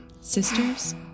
Sisters